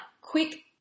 quick